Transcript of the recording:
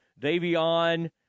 Davion